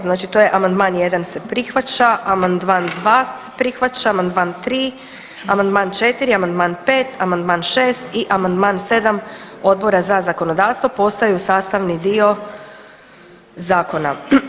Znači to je amandman 1. se prihvaća, amandman 2. se prihvaća, amandman 3., amandman 4., amandman 5., amandman 6. i amandman 7. Odbora za zakonodavstvo postaju sastavni dio zakona.